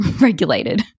regulated